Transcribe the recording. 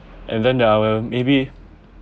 and then I'll maybe